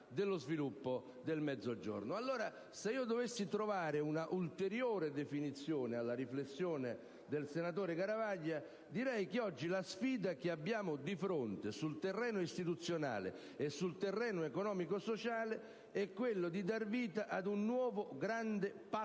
Se io dovessi trovare un'ulteriore definizione alla riflessione del senatore Garavaglia, direi che oggi la sfida che abbiamo di fronte sul terreno istituzionale e sul terreno economico-sociale è quella di dar vita ad un nuovo grande patto